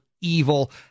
evil